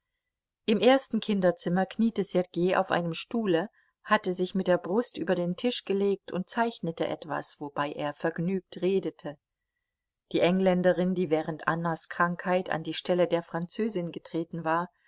im ersten kinderzimmer kniete sergei auf einem stuhle hatte sich mit der brust über den tisch gelegt und zeichnete etwas wobei er vergnügt redete die engländerin die während annas krankheit an die stelle der französin getreten war